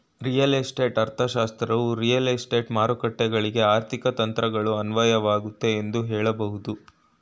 real estate ಅರ್ಥಶಾಸ್ತ್ರವು real estate ಮಾರುಕಟ್ಟೆಗಳ್ಗೆ ಆರ್ಥಿಕ ತಂತ್ರಗಳು ಅನ್ವಯವಾಗುತ್ತೆ ಎಂದು ಹೇಳಬಹುದು